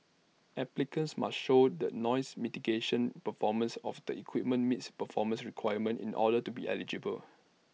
applicants must show the nose mitigating performance of the equipment meets performance requirements in order to be eligible